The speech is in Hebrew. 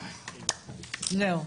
זהו.